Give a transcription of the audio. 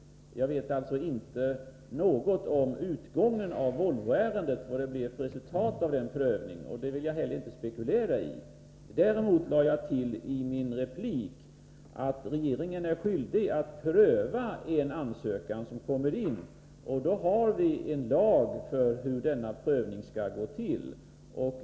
Jag vet alltså inte något om utgången av Volvoärendet, vilket resultatet blir av prövningen, och det vill jag inte heller spekulera i. Däremot tillade jag i mitt inlägg att regeringen är skyldig att pröva en ansökan som kommer in, och vi har en lag som reglerar hur denna prövning skall gå till.